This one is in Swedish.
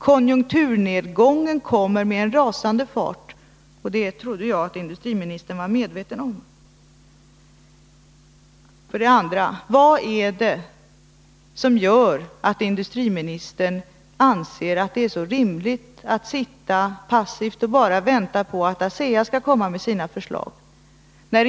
Konjunkturnedgången kommer med en rasande fart, och det trodde jag att industriministern var medveten om. För det tredje: Vad är det som gör att industriministern anser att det är så rimligt att sitta passiv och bara vänta på att ASEA skall lägga fram sina förslag?